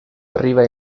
arriva